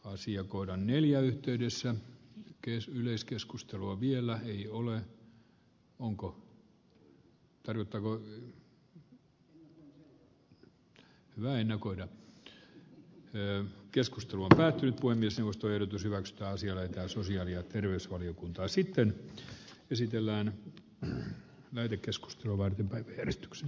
asia koetaan neljä yhteydessä kysyy yleiskeskustelua mutta siitä huolimatta minä olen nyt sitä mieltä jotta kyllä tämä tarveharkinta poistetaan se kallistuu sille puolen kuitenkin nyt esitellään on mediakeskus lume kristuksen